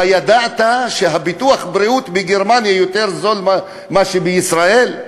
הידעת שביטוח הבריאות בגרמניה יותר זול ממה שבישראל?